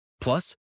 Plus